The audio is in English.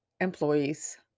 employees